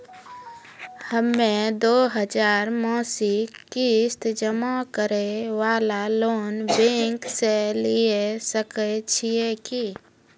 हम्मय दो हजार मासिक किस्त जमा करे वाला लोन बैंक से लिये सकय छियै की?